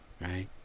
right